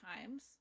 times